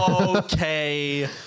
Okay